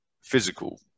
physical